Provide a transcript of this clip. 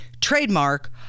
trademark